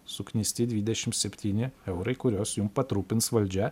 suknisti dvidešim septyni eurai kuriuos jum patrupins valdžia